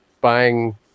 buying